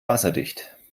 wasserdicht